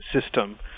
system